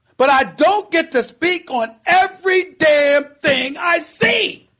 but i don't get to speak on every damn thing i'd say